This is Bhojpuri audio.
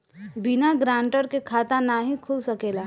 बिना गारंटर के खाता नाहीं खुल सकेला?